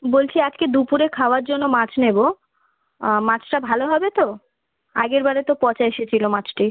বলছি আজকে দুপুরে খাওয়ার জন্য মাছ নেবো মাছটা ভালো হবে তো আগেরবারে তো পচা এসেছিলো মাছটি